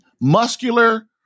muscular